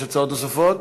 יש הצעות נוספות?